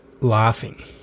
laughing